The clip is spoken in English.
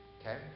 okay